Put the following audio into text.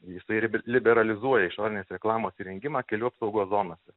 jisai ribe liberalizuoja išorinės reklamos įrengimą kelių apsaugos zonose